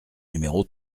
numéro